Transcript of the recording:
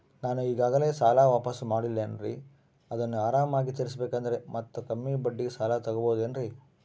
ನಾನು ಈಗಾಗಲೇ ಸಾಲ ವಾಪಾಸ್ಸು ಮಾಡಿನಲ್ರಿ ಅದನ್ನು ಆರಾಮಾಗಿ ತೇರಿಸಬೇಕಂದರೆ ಮತ್ತ ಕಮ್ಮಿ ಬಡ್ಡಿಗೆ ಸಾಲ ತಗೋಬಹುದೇನ್ರಿ?